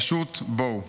פשוט בואו".